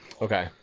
Okay